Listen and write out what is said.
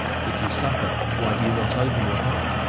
if you suffer, why do you not open your heart?